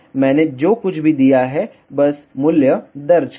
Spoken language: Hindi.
मैंने जो कुछ भी दिया है बस मूल्य दर्ज करें